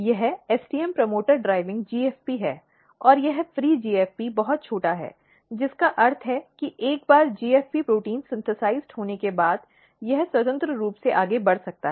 यह STM promoter driving GFP है और यह फ्री GFP बहुत छोटा है जिसका अर्थ है कि एक बार GFP प्रोटीन संश्लेषित होने के बाद यह स्वतंत्र रूप से आगे बढ़ सकता है